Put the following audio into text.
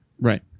Right